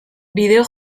bideo